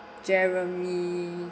jeremy